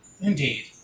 Indeed